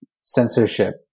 censorship